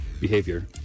behavior